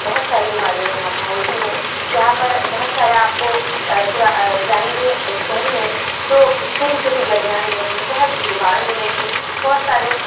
بہت ساری بیماریاں یہاں پھیلتی ہیں یہاں پر بہت سارے آپ کو جائیں گے شہر میں تو چھوٹی چھوٹی گلیاں ملیں گی بہت بھیڑ بھاڑ ملے گی بہت سارے